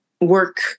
work